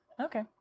Okay